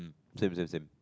same same same